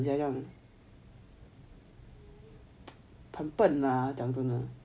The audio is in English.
sia 这样 pongben mah 讲真的